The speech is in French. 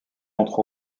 entre